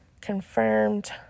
Confirmed